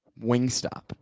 Wingstop